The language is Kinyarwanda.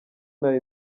nari